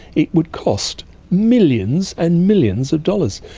it would cost millions and millions of dollars,